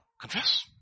Confess